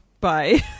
bye